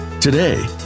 Today